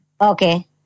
Okay